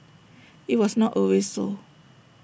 IT was not always so